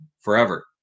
forever